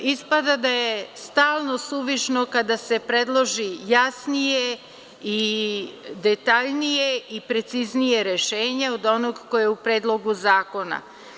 Ispada da je stalno suvišno kada se predloži jasnije i detaljnije i preciznije rešenje od onog koje je u predlogu zakona.